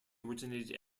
originated